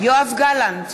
יואב גלנט,